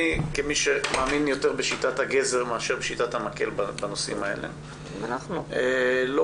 כמי שמאמין יותר בשיטת הגזר מאשר בשיטת המקל בנושאים האלה לא פוסל